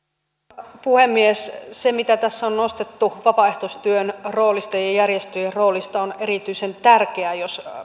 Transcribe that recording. arvoisa puhemies se mitä tässä on nostettu vapaaehtoistyön roolista ja ja järjestöjen roolista on erityisen tärkeää jos